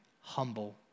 humble